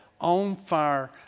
on-fire